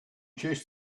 chased